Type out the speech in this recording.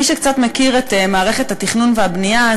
מי שקצת מכיר את מערכת התכנון והבנייה,